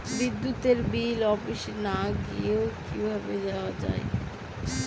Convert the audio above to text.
বিদ্যুতের বিল অফিসে না গিয়েও কিভাবে দেওয়া য়ায়?